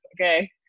Okay